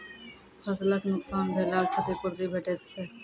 फसलक नुकसान भेलाक क्षतिपूर्ति भेटैत छै?